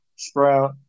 Sprout